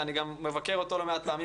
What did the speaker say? שאני מבקר גם אותו לא מעט פעמים,